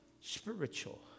spiritual